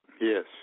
Yes